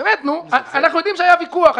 אנחנו יודעים שהיה ויכוח.